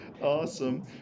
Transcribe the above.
awesome